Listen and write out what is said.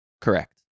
correct